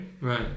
Right